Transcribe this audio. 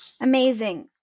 Amazing